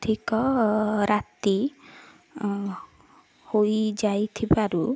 ଅଧିକ ରାତି ହୋଇଯାଇଥିବାରୁ